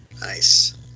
Nice